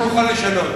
אני מוכן לשנות.